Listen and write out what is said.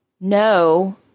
no